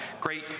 great